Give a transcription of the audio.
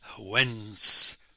whence